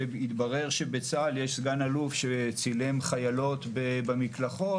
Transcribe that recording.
עכשיו כשהתברר שבצה"ל יש סגן-אלוף שצילם חיילות במקלחות,